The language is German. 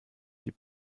die